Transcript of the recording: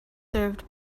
served